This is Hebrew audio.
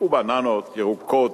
ובננות ירוקות,